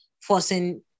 forcing